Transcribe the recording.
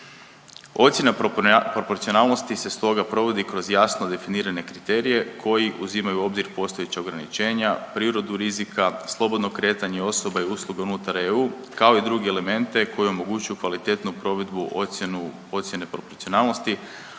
Ocjena proporcionalnosti se stoga provodi kroz jasno definirane kriterije koji uzimaju u obzir postojeća ograničenja, prirodu rizika, slobodno kretanja osoba i usluge unutar EU, kao i druge elemente koji omogućuju kvalitetnu provedbu ocijene proporcionalnosti,